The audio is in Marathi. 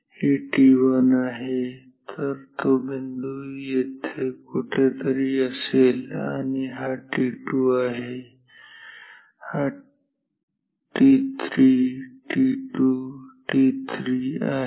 हे t1 आहे तर तो बिंदू येथे कुठेतरी असेल आणि हा t2 आहे हा t3 t2 t3 आहे